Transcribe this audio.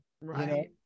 Right